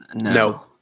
No